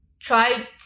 try